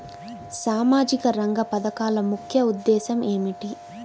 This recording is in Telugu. సామాజిక రంగ పథకాల ముఖ్య ఉద్దేశం ఏమిటీ?